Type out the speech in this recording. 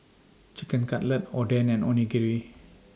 Chicken Cutlet Oden and Onigiri